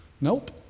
Nope